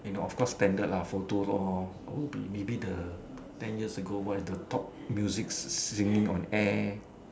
eh no of course standard lah photo lor it would be maybe ten years ago what is the the top music singing on air